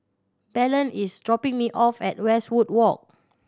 Belen is dropping me off at Westwood Walk